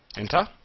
enter.